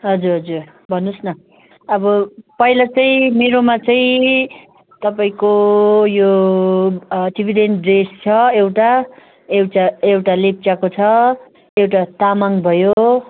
हजुर हजुर भन्नुस् न अब पहिला चाहिँ मेरोमा चाहिँ तपाईँको यो टिबेटन ड्रेस छ एउटा एउटा एउटा लेप्चाको छ एउटा तामाङ भयो